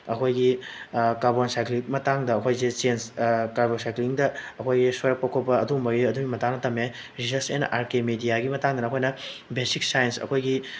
ꯑꯩꯈꯣꯏꯒꯤ carbon cyclic ꯃꯇꯥꯡꯗ ꯑꯩꯈꯣꯏꯁꯦ ꯆꯦꯟꯖ ꯀꯥꯔꯕꯣꯟ ꯁꯥꯏꯀ꯭ꯂꯤꯡꯗ ꯑꯩꯈꯣꯏꯒꯤ ꯁꯣꯏꯔꯛꯄ ꯈꯣꯠꯄ ꯑꯗꯨꯝꯕꯒꯤ ꯑꯗꯨꯒꯤ ꯃꯇꯥꯡꯗ ꯇꯝꯃꯦ ꯔꯤꯁꯔꯁ ꯑꯦꯟꯗ ꯑꯥꯔ ꯀꯦ ꯃꯦꯗꯤꯌꯥꯒꯤ ꯃꯇꯥꯡꯗꯅ ꯑꯩꯈꯣꯏꯅ ꯕꯦꯁꯤꯛ ꯁꯥꯏꯟꯁ ꯑꯩꯈꯣꯏꯒꯤ